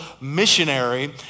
missionary